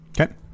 Okay